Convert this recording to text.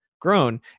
grown